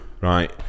Right